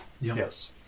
Yes